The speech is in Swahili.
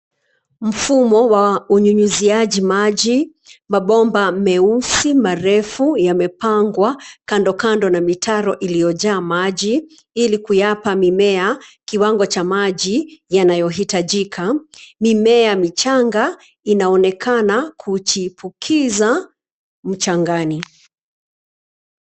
Mfumo wa unyunyiziaji maji, mabomba meusi marefu yamepangwa kando kando na mitaro ililojaa maji, ilikuyapa mimea kiwango cha maji yanayohitajika, mimea michanga inaonekana kuchipukiza mchangani.